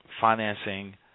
financing